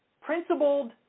principled